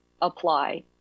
apply